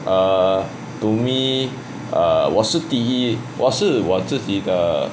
err to me err 我是第一我是我自己的